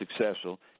successful